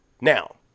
Now